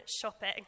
shopping